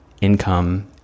income